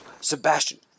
Sebastian